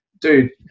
dude